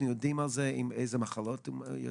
איזה מחלות זה יוצר?